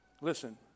Listen